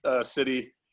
city